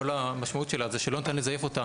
כל המשמעות שלה זה שלא ניתן לזייף אותה